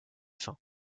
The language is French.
fins